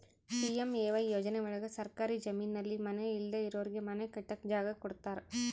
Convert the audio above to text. PMAY ಯೋಜನೆ ಒಳಗ ಸರ್ಕಾರಿ ಜಮೀನಲ್ಲಿ ಮನೆ ಇಲ್ದೆ ಇರೋರಿಗೆ ಮನೆ ಕಟ್ಟಕ್ ಜಾಗ ಕೊಡ್ತಾರ